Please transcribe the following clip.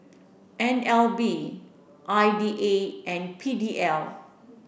N L B I D A and P D L